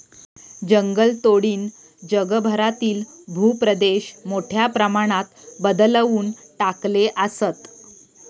जंगलतोडीनं जगभरातील भूप्रदेश मोठ्या प्रमाणात बदलवून टाकले आसत